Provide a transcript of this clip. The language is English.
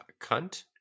cunt